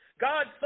God